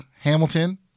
Hamilton